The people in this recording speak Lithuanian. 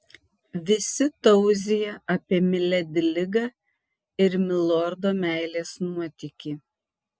visi tauzija apie miledi ligą ir milordo meilės nuotykį